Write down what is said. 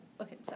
Okay